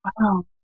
wow